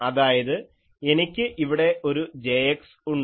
അതായത് എനിക്ക് ഇവിടെ ഒരു Jx ഉണ്ട്